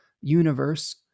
universe